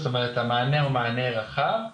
זאת אומרת המענה הוא מענה רחב.